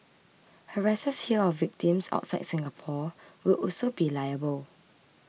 harassers here of victims outside Singapore will also be liable